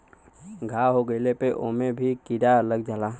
घाव हो गइले पे ओमे भी कीरा लग जाला